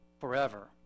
forever